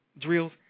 drills